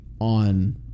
on